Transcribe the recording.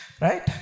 Right